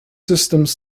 systems